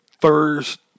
first